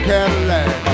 Cadillac